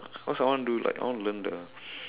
cause I want to do like I want learn the